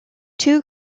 two